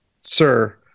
sir